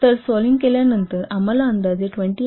तर सोलविंग केल्यावर आम्हाला अंदाजे 28